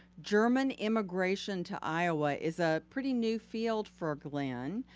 german immigration to iowa is a pretty new field for glenn,